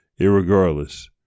Irregardless